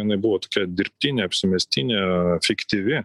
jinai buvo tokia dirbtinė apsimestinė fiktyvi